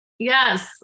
Yes